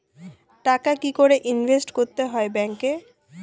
টাকা কি করে ইনভেস্ট করতে হয় ব্যাংক এ?